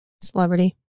Celebrity